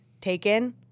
taken